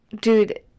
Dude